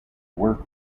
work